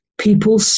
People